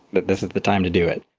that this is the time to do it.